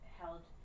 held